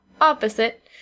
opposite